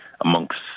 amongst